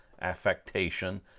affectation